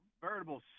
veritable